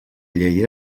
llei